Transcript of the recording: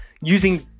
using